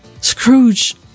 Scrooge